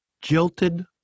jilted